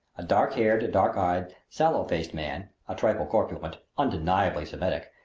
a dark-haired, dark-eyed, sallow-faced man, a trifle corpulent, undeniably semitic,